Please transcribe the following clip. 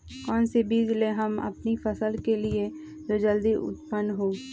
कौन सी बीज ले हम अपनी फसल के लिए जो जल्दी उत्पन हो?